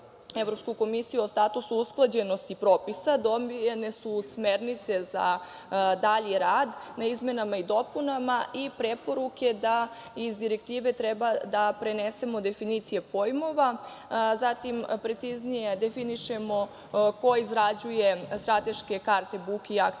komisiju o usklađenosti propisa, dobijene su smernice za dalji rad na izmenama i dopunama i preporuke da iz direktive treba da prenesemo definicije pojmova, zatim preciznije definišemo ko izrađuje strateške karte buke i akcione planove,